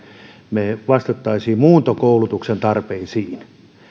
me vastaisimme muuntokoulutuksen tarpeisiin